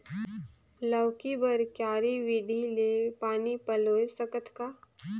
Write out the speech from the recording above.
लौकी बर क्यारी विधि ले पानी पलोय सकत का?